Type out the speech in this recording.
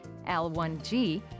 L1G